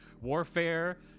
Warfare